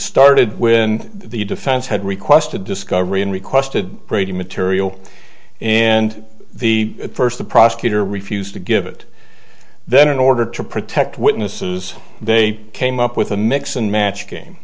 started when the defense had requested discovery and requested brady material and the first the prosecutor refused to give it then in order to protect witnesses they came up with a mix and match game